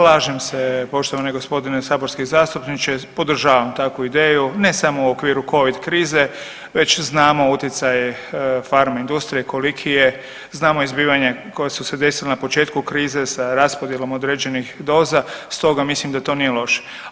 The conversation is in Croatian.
Slažem se poštovani gospodine saborski zastupničke, podržavam takvu ideju ne samo u okviru Covid krize već znamo utjecaj farma industrije koliki je, znamo i zbivanja koja su se desila na početku krize sa raspodjelom određenih doza stoga mislim da to nije loše.